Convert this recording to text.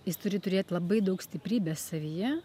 jis turi turėt labai daug stiprybės savyje